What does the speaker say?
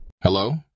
Hello